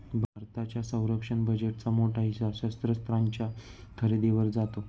भारताच्या संरक्षण बजेटचा मोठा हिस्सा शस्त्रास्त्रांच्या खरेदीवर जातो